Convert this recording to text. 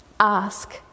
Ask